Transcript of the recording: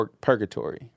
purgatory